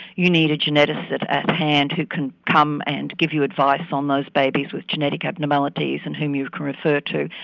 you need a geneticist at at hand who can come and give you advice on those babies with genetic abnormalities and whom you can refer to.